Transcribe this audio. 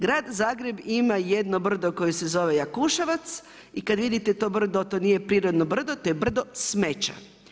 Grad Zagreb ima jedno brdo koje se zove Jakuševac i kada vidite to brdo to nije prirodno brdo, to je brdo smeća.